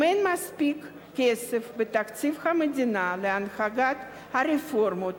אם אין מספיק כסף בתקציב המדינה להנהגת רפורמות